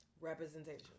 Representation